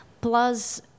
Plus